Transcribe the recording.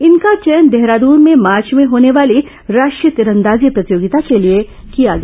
इनका चयन देहरादून में मार्च में होने वाली राष्ट्रीय तीरंदाजी प्रतियोगिता के लिए किया गया